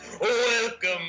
Welcome